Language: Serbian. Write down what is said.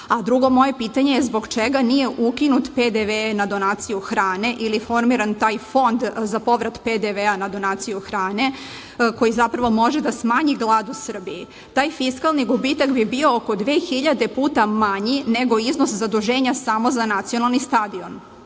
iznos? Drugo moje pitanje - zbog čega nije ukinut PDV na donaciju hrane ili formiran taj fond za povrat PDV-a na donaciju hrane, koji zapravo može da smanji glad u Srbiji? Taj fiskalni gubitak bi bio oko 2.000 puta manji nego iznos zaduženja samo za nacionalni stadion.